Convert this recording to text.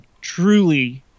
truly